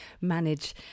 manage